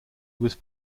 was